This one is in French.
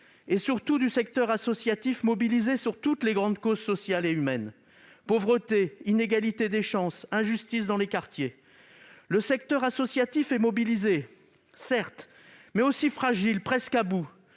et, surtout, d'un secteur associatif mobilisé sur toutes les grandes causes sociales et humaines : pauvreté, inégalité des chances, injustice dans les quartiers. Le secteur associatif est mobilisé, mais aussi fragile et presque à bout